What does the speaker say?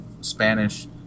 Spanish